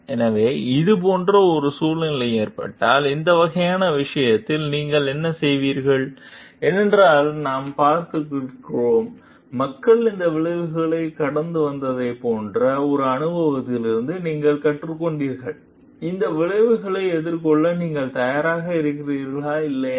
எனவே இதே போன்ற ஒரு சூழ்நிலை ஏற்பட்டால் இந்த வகையான விஷயத்தில் நீங்கள் என்ன செய்வீர்கள் ஏனென்றால் நாம் பார்த்திருக்கிறோம் மக்கள் இந்த விளைவுகளை கடந்து வந்ததைப் போன்ற ஒரு அனுபவத்திலிருந்து நீங்கள் கற்றுக்கொண்டீர்கள் இந்த விளைவுகளை எதிர்கொள்ள நீங்கள் தயாராக இருக்கிறீர்களா இல்லையா